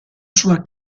sua